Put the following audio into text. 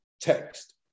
text